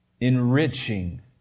enriching